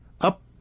up